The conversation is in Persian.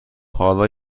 حالا